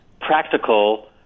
practical